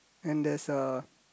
and there's a